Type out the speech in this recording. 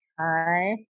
Hi